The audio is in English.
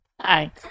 Hi